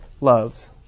loves